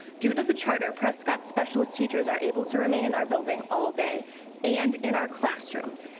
due to the charter, prescott's specialist teachers are able to remain in our building all day and in our classrooms.